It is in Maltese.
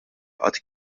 qatt